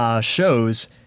shows